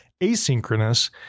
Asynchronous